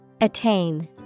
Attain